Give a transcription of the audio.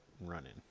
running